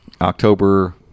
October –